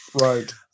Right